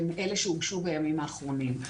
שהן אלה שהוגשו בימים האחרונים.